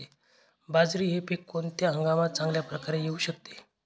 बाजरी हे पीक कोणत्या हंगामात चांगल्या प्रकारे येऊ शकते?